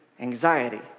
anxiety